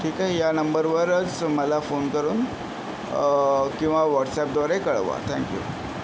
ठीक आहे या नंबरवरच मला फोन करून किंवा व्हाॅट्सॲपद्वारे कळवा थँक्यू